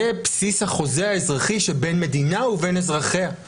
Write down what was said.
זה בסיס החוזה האזרחי שבין מדינה ובין אזרחיה.